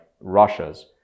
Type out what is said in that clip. Russia's